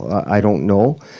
i don't know,